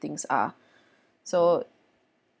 things are so